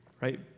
right